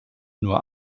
nur